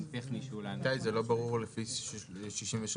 זה לא ברור לפי 63(א)?